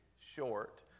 short